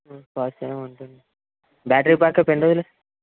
fast charger one twenty battery backup ఎన్ని రోజులు